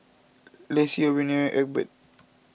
Laci Ophelia Egbert